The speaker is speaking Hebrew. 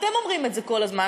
אתם אומרים את זה כל הזמן,